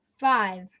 Five